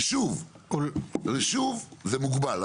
ושוב, ושוב, זה מוגבל.